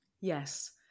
Yes